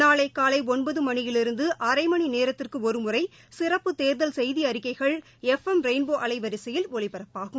நாளைகாலைஒன்பதுமணியிலிருந்துஅரைமணிநேரத்துக்குஒருமுறைசிறப்பு தோதல் செய்திஅறிக்கைகள் F M ரெயின்போஅலைவரிசையில் ஒலிபரப்பாகும்